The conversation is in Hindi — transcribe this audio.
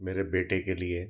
मेरे बेटे के लिए